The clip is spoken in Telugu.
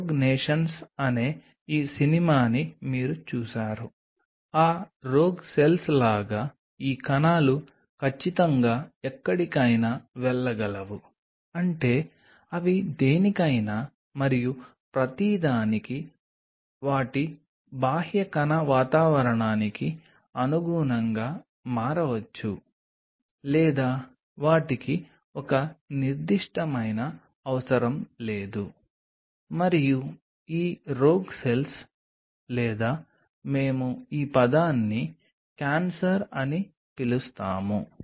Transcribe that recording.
రోగ్ నేషన్స్ అనే ఈ సినిమాని మీరు చూసారు ఆ రోగ్ సెల్స్ లాగా ఈ కణాలు ఖచ్చితంగా ఎక్కడికైనా వెళ్లగలవు అంటే అవి దేనికైనా మరియు ప్రతిదానికీ వాటి బాహ్య కణ వాతావరణానికి అనుగుణంగా మారవచ్చు లేదా వాటికి ఒక నిర్దిష్టమైన అవసరం లేదు మరియు ఈ రోగ్ సెల్స్ లేదా మేము ఈ పదాన్ని క్యాన్సర్ అని పిలుస్తాము